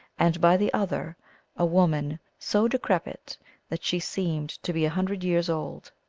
and by the other a woman so decrepit that she seemed to be a hundred years old.